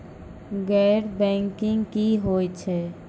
गैर बैंकिंग की होय छै?